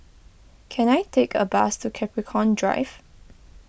can I take a bus to Capricorn Drive